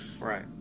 Right